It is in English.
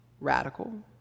radical